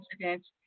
incidents